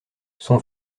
son